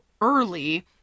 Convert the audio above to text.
early